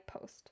post